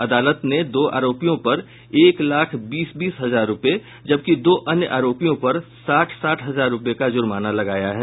अदालत ने दो आरोपियों पर एक लाख बीस बीस हजार रुपये जबकि दो अन्य आरोपियों पर साठ साठ हजार रुपये का जूर्माना लगाया है